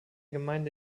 gemeinde